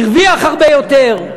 הרוויח הרבה יותר.